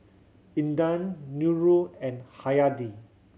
Intan Nurul and Hayati